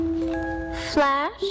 Flash